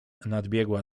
nadbiegła